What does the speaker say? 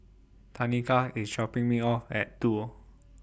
Tanika IS dropping Me off At Duo